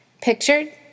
Pictured